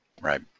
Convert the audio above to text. Right